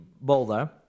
boulder